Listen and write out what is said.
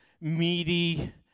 meaty